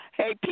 hey